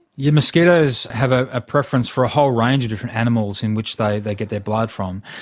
yeah mosquitoes have ah a preference for a whole range of different animals in which they they get their blood from.